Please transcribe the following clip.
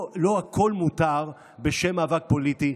לא הכול מותר בשם מאבק פוליטי.